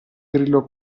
grillo